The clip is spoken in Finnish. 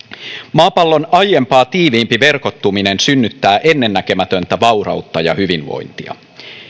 maapallon aiempaa tiiviimpi verkottuminen synnyttää ennennäkemätöntä vaurautta ja hyvinvointia